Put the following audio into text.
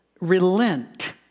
Relent